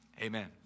Amen